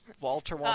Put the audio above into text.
Walter